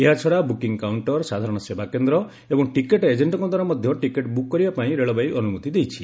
ଏହାଛଡ଼ା booking counter ସାଧାରଣ ସେବା କେନ୍ଦ୍ର ଏବଂ ଟିକେଟ୍ ଏଜେଂଟ୍ଙ୍କ ଦ୍ୱାରା ମଧ୍ୟ ଟିକେଟ୍ ବୁକ୍ କରିବା ପାଇଁ ରେଳବାଇ ଅନୁମତି ଦେଇଛି